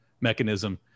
mechanism